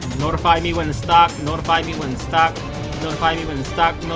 notify me when in stock. notify me when in stock notify me when in stock.